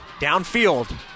Downfield